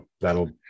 That'll